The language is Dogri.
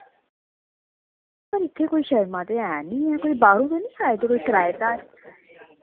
पर इत्थे कोई शर्मा ते है नि ऐ कोई बाह्रों ते नी आए दे कोई कराएदार